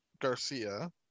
garcia